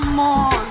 more